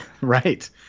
Right